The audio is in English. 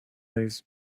days